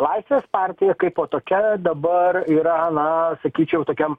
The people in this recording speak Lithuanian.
laisvės partija kaipo tokia dabar yra na sakyčiau tokiam